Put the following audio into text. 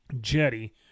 Jetty